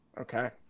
Okay